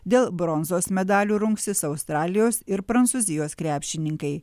dėl bronzos medalių rungsis australijos ir prancūzijos krepšininkai